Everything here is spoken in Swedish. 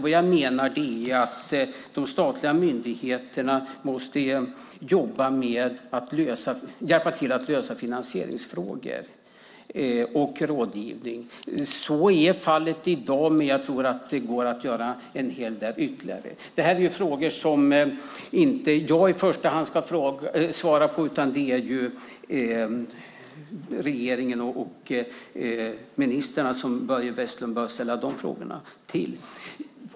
Vad jag menar är att de statliga myndigheterna måste jobba mer med att hjälpa till att lösa finansieringsfrågor och med rådgivning. Det är fallet i dag, men jag tror att det går att göra en hel del ytterligare. Detta är frågor som inte i första hand jag ska svara på, utan det är regeringen och ministrarna som Börje Vestlund bör ställa de frågorna till.